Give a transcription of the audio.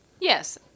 Yes